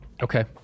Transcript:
Okay